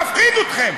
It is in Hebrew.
מפחיד אתכם,